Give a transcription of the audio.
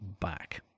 back